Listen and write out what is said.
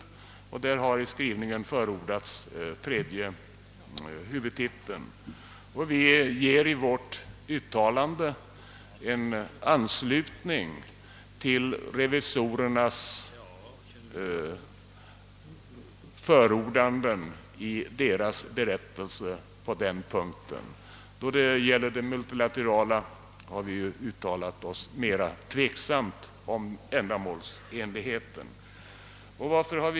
I skrivningen har förordats tredje huvudtiteln. I vårt uttalande ger vi vår anslutning till revisorernas förordande i deras berättelse på den punkten. Då det gäller det multilaterala biståndet har vi uttalat oss mera tveksamt om ändamålsenligheten.